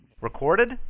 Recorded